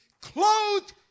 clothed